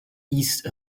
east